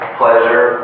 pleasure